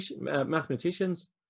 mathematicians